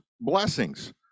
blessings